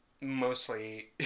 mostly